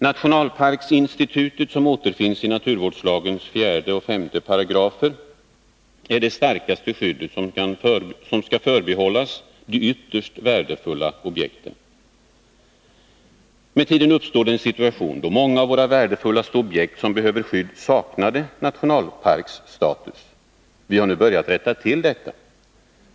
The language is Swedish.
Nationalparksinstitutet, som återfinns i naturvårdslagens 4 och 5 §§, är det starkaste skyddet, som skall förbehållas de ytterst värdefulla objekten. Med tiden uppstod en situation då många av våra värdefullaste objekt som behöver skydd saknade nationalparksstatus. Vi har nu börjat rätta till detta.